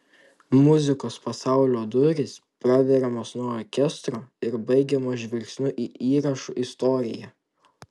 muzikos pasaulio durys praveriamos nuo orkestro ir baigiamos žvilgsniu į įrašų istoriją